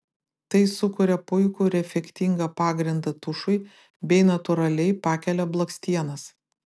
tai sukuria puikų ir efektingą pagrindą tušui bei natūraliai pakelia blakstienas